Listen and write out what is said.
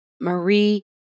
Marie